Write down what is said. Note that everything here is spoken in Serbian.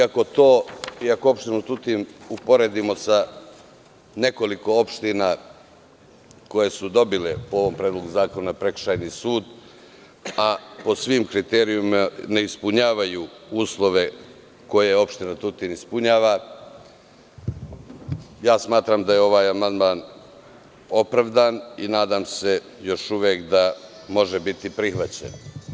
Ako opštinu Tutin uporedimo sa nekoliko opština koje su dobile po Predlogu zakona prekršajni sud, a po svim kriterijumima ne ispunjavaju uslove koje opština Tutin ispunjava, ja smatram da je ovaj amandman opravdan, i nadam se još uvek da može biti prihvaćen.